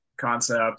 concept